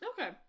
Okay